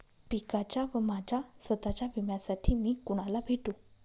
पिकाच्या व माझ्या स्वत:च्या विम्यासाठी मी कुणाला भेटू?